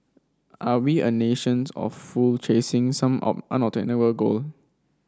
are we a nations of fool chasing some all goal